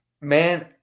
man